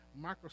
Microsoft